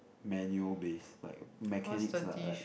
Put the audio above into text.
manual based like mechanics lah like